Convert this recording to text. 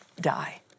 die